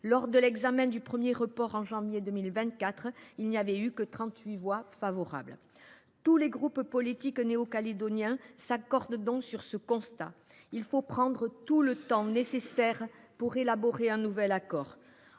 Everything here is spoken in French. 50 au total. Le premier report en janvier 2024 n’avait obtenu que 38 voix favorables. Tous les groupes politiques néo calédoniens s’accordent donc sur ce constat : il faut prendre tout le temps nécessaire pour élaborer un nouvel accord.